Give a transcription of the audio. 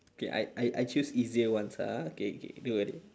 okay I I I choose easier ones ah okay okay don't worry